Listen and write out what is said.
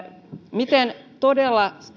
miten todella